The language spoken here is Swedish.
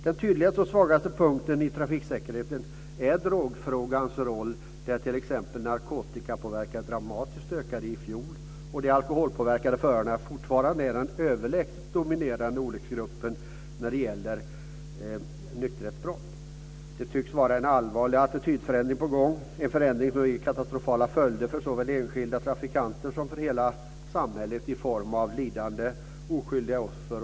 Den tydligt svagaste punkten i trafiksäkerheten är drogfrågan. T.ex. har antalet narkotikapåverkade dramatiskt ökat i fjol, och de alkoholpåverkade förarna är fortfarande den överlägset dominerande olycksgruppen när det gäller nykterhetsbrott. Det tycks vara en allvarlig attitydförändring på gång, en förändring som kan få katastrofala följder såväl för enskilda trafikanter som för hela samhället i form av lidande för oskyldiga offer.